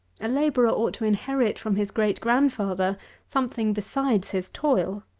a labourer ought to inherit from his great grandfather something besides his toil.